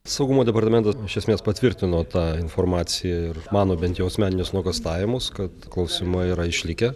saugumo departamentas iš esmės patvirtino tą informaciją ir mano bent jau asmeninius nuogąstavimus kad klausima yra išlikę